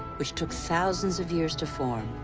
which took thousands of years to form,